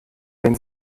wenn